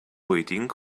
waiting